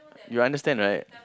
you understand right